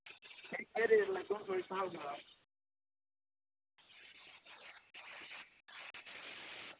केह् रेट दा स्हाब कताब ऐ